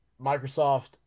Microsoft